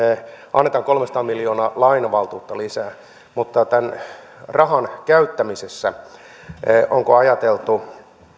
annetaan kolmesataa miljoonaa lainavaltuutta lisää mutta onko tämän rahan käyttämisessä ajateltu